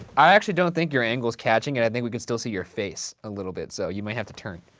i actually don't think your angle's catchin' it. i think we can still see your face a little bit, so you might have to turn.